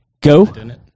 Go